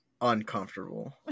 uncomfortable